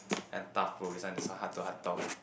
an damn tough bro this one this one heart to heart talk eh